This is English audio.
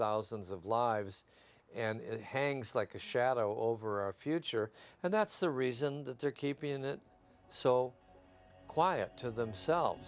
thousands of lives and it hangs like a shadow over our future and that's the reason that they're keeping it so quiet to themselves